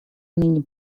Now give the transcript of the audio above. ныне